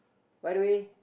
by the way